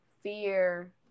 fear